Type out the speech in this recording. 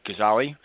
Ghazali